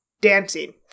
dancing